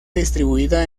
distribuida